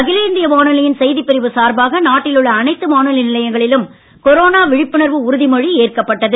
அகில இந்திய வானொலியின் செய்திப் பிரிவு சார்பாக நாட்டில் உள்ள அனைத்து வானொலி நிலையங்களிலும் கொரோனா விழிப்புணர்வு உறுதிமொழி ஏற்கப்பட்டது